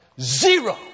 Zero